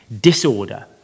disorder